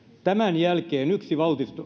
tämän jälkeen yksi